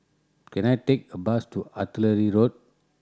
can I take a bus to Artillery Road